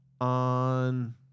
on